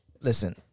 Listen